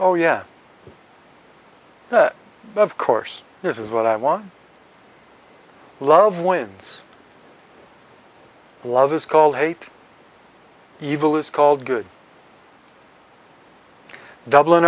oh yeah of course this is what i want love wins love is called hate evil is called good dublin